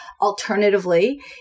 Alternatively